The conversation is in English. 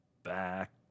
back